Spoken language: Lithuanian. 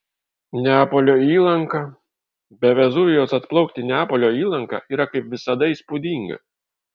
neapolio įlanka be vezuvijaus atplaukti į neapolio įlanką yra kaip visada įspūdinga